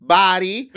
body